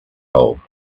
hole